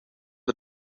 het